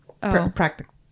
Practical